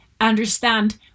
understand